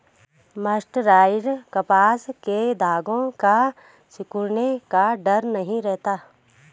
mercerised कपास के धागों के सिकुड़ने का डर नहीं रहता